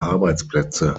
arbeitsplätze